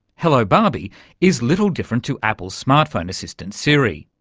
hello barbie is little different to apple's smart phone assistant siri.